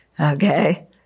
okay